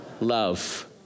love